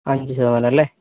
അഞ്ച് ശതമാനം അല്ലേ